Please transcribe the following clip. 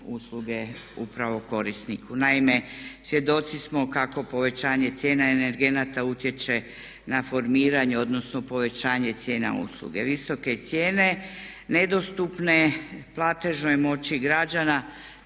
usluge upravo korisniku. Naime, svjedoci smo kako povećanje cijena energenata utječe na formiranje odnosno povećanje cijena usluge, visoke cijene nedostupne platežnoj moći građana,